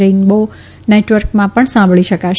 રેઈમ્બો નેટવર્કમાં પણ સાંભળી શકાશે